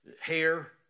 hair